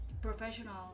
professional